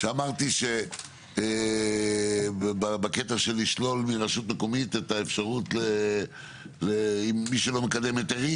שאמרתי בקטע של לשלול מרשות מקומית את האפשרות למי שלא מקדם היתרים